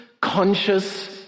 conscious